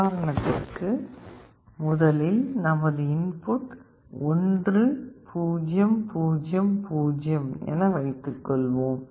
உதாரணத்திற்கு முதலில் நமது இன்புட் 1 0 0 0 என வைத்துக்கொள்வோம்